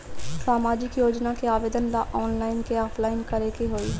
सामाजिक योजना के आवेदन ला ऑनलाइन कि ऑफलाइन करे के होई?